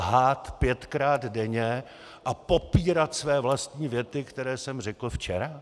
Lhát pětkrát denně a popírat své vlastní věty, které jsem řekl včera?